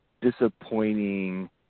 disappointing